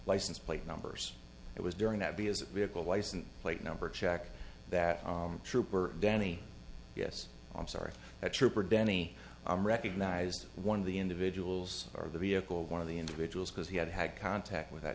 license plate numbers it was during that b as a vehicle license plate number check that trooper danny yes i'm sorry that trooper denny i'm recognized as one of the individuals or the vehicle one of the individuals because he had had contact with